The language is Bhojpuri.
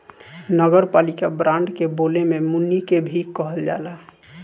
नगरपालिका बांड के बोले में मुनि के भी कहल जाला